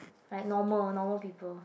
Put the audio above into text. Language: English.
like normal normal people